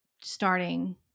starting